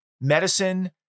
medicine